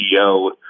CEO